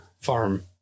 farm